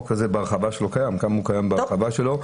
זה לא הרבה זמן שהחוק הזה קיים בהרחבה שלו.